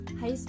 hi